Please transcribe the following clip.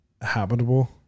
habitable